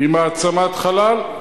היא מעצמת חלל,